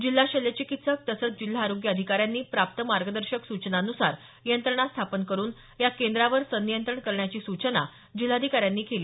जिल्हा शल्य चिकीत्सक तसंच जिल्हा आरोग्य अधिकाऱ्यांनी प्राप्त मार्गदर्शक सूचनांनुसार यंत्रणा स्थापन करुन या केंद्रावर सनियंत्रण करण्याची सूचना जिल्हाधिकाऱ्यांनी दिली